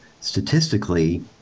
statistically